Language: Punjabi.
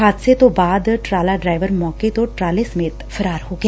ਹਾਦਸੇ ਤੋਂ ਬਾਅਦ ਟਰਾਲਾ ਦਾ ਡਰਾਈਵਰ ਮੌਕੇ ਤੋਂ ਟਰਾਲੇ ਸਮੇਤ ਫਰਾਰ ਹੋ ਗਿਆ